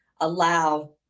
allow